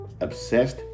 obsessed